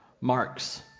Marx